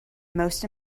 most